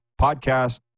podcast